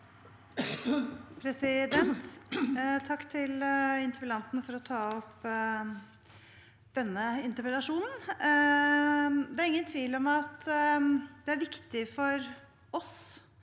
Takk til in- terpellanten for at han tar opp denne interpellasjonen. Det er ingen tvil om at det er viktig for oss